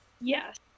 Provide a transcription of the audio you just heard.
Yes